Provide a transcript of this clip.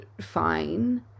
fine